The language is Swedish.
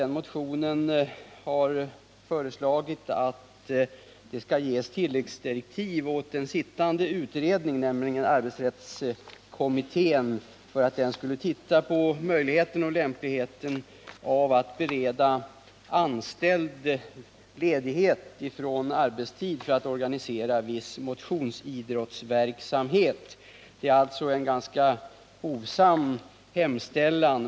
I motionen föreslås att det skall ges tilläggsdirektiv åt en sittande utredning, nämligen arbetsrättskommittén, när det gäller att undersöka möjligheten och lämpligheten av att bereda anställd tillfälle till ledighet på arbetstid för att organisera viss motionsidrottsverksamhet. Det är alltså en ganska hovsam hemställan.